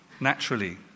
naturally